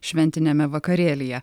šventiniame vakarėlyje